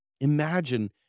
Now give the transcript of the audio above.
Imagine